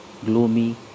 gloomy